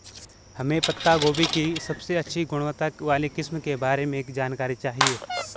हमें पत्ता गोभी की सबसे अच्छी गुणवत्ता वाली किस्म के बारे में जानकारी चाहिए?